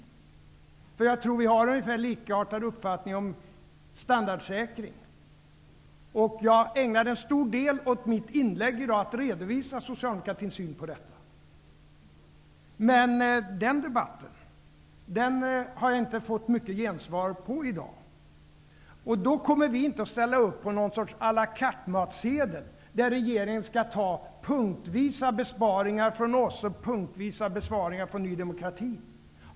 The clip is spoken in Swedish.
Jag tror att vi har ungefär likartade uppfattningar om standardsäkring. Jag ägnade en stor del av mitt huvudinlägg här i dag till att redovisa socialdemokratins syn på detta. Den debatten har jag inte fått mycket gensvar på här i dag. Vi kommer inte att ställa upp på något slags à la carte matsedel där regeringen tar punktvisa besparingar från oss socialdemokrater och punktvisa besparingar från Ny demokrati.